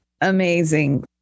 amazing